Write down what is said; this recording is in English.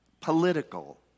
political